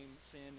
sin